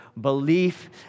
Belief